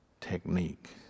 technique